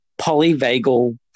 Polyvagal